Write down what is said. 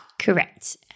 Correct